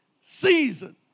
season